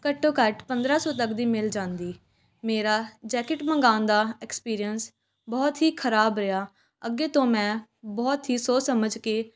ਘੱਟੋ ਘੱਟ ਪੰਦਰਾਂ ਸੌ ਤੱਕ ਦੀ ਮਿਲ ਜਾਂਦੀ ਮੇਰਾ ਜੈਕਿਟ ਮੰਗਵਾਉਣ ਦਾ ਅਕਸਪੀਰੀਅੰਸ ਬਹੁਤ ਹੀ ਖਰਾਬ ਰਿਹਾ ਅੱਗੇ ਤੋਂ ਮੈਂ ਬਹੁਤ ਹੀ ਸੋਚ ਸਮਝ ਕੇ